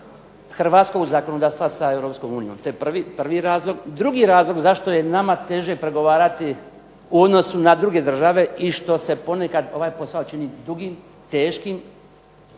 hrvatskog zakonodavstva sa Europskom unijom. To je prvi razlog. Drugi razlog zašto je nama teže pregovarati u odnosu na druge države i što se ponekad ovaj posao čini dugim, teškim,